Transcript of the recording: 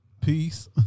peace